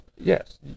Yes